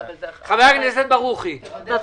חבר הכנסת ברוכי, בבקשה.